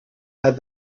had